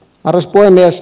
arvoisa puhemies